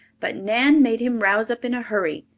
but nan made him rouse up in a hurry,